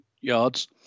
yards